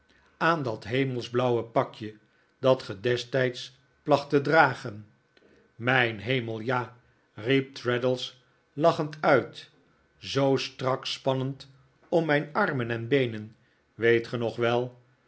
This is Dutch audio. aan dat hemelsblauwe pakje dat ge destijds placht te dragen mijn hemel ja riep traddles lachend uit zoo strak spannend om mijn armen en beenen weet ge nog wel